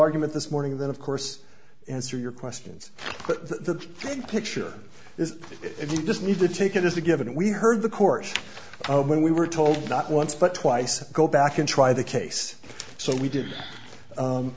argument this morning then of course answer your questions but the picture is if you just need to take it as a given we heard the court when we were told not once but twice go back and try the case so we d